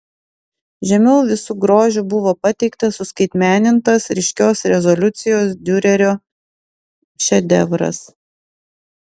žemiau visu grožiu buvo pateiktas suskaitmenintas ryškios rezoliucijos diurerio šedevras